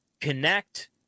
connect